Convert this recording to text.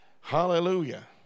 hallelujah